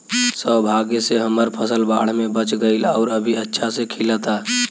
सौभाग्य से हमर फसल बाढ़ में बच गइल आउर अभी अच्छा से खिलता